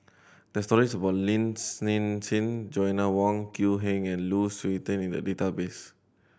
there are stories about Lin Hsin Hsin Joanna Wong Quee Heng and Lu Suitin in the database